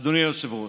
אדוני היושב-ראש,